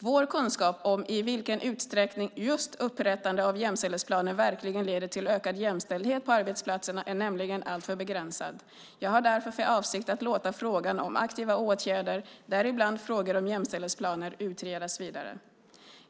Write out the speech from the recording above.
Vår kunskap om i vilken utsträckning just upprättande av jämställdhetsplaner verkligen leder till ökad jämställdhet på arbetsplatserna är nämligen alltför begränsad. Jag har därför för avsikt att låta frågan om aktiva åtgärder, däribland frågor om jämställdhetsplaner, utredas vidare.